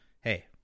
hey